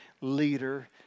leader